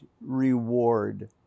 reward